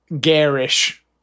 garish